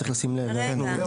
לא.